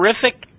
Terrific